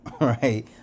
right